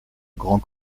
grand